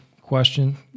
question